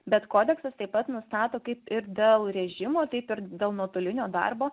bet kodeksas taip pat nustato kaip ir dėl režimo taip ir dėl nuotolinio darbo